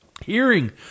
Hearing